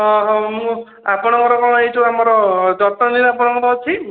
ଓ ହୋ ମୁଁ ଆପଣଙ୍କର ଏଇଠୁ ଆମର ଜଟଣୀ ଆପଣଙ୍କର ଅଛି